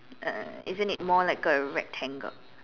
uh isn't it more like a rectangle